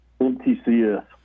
MTCS